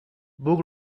book